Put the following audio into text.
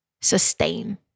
Sustain